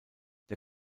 der